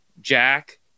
Jack